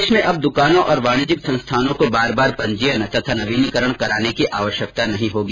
प्रदेश में अब द्कानों और वाणिज्यिक संस्थानों को बार बार पंजीयन तथा नवीनीकरण कराने की आवश्यकता नहीं होगी